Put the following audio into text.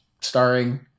starring